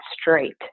straight